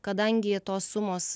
kadangi tos sumos